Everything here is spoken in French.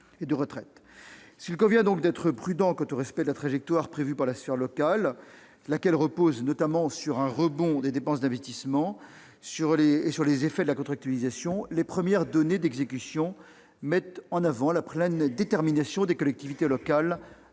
S'il convient d'être prudent quant au respect de la trajectoire prévue pour la sphère locale, laquelle repose notamment sur un rebond des dépenses d'investissement et les effets de la contractualisation, les premières données d'exécution mettent en évidence la pleine détermination des collectivités locales